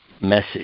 message